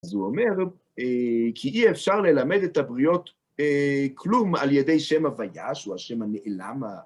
אז הוא אומר, כי אי אפשר ללמד את הבריאות כלום על ידי שם הוויאש או השם הנעלם.